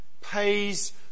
Pays